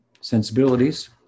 sensibilities